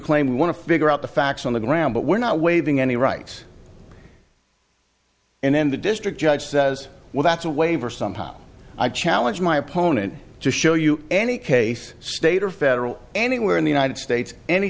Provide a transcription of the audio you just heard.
claim we want to figure out the facts on the ground but we're not waiving any rights and then the district judge says well that's a waiver somehow i challenge my opponent to show you any case state or federal anywhere in the united states any